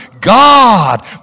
God